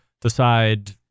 decide